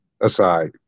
aside